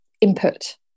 input